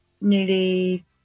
nearly